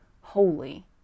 holy